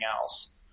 else